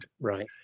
Right